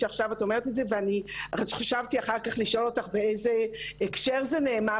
ואני חשבתי אחר-כך לשאול אותך באיזה הקשר זה נאמר